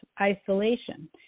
isolation